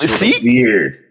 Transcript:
weird